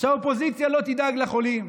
שהאופוזיציה לא תדאג לחולים,